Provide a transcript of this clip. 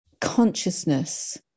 consciousness